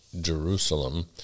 Jerusalem